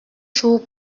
jours